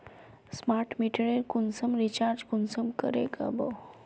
Smart मीटरेर कुंसम recharge कुंसम करे का बो?